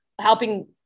helping